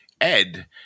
Ed